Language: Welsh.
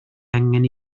angen